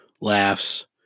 Laughs